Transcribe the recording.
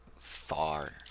far